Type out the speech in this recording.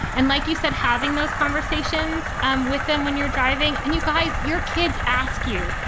and like you said, having those conversations um with them when you're driving and you guys, your kids ask you,